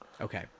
Okay